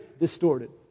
distorted